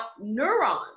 neurons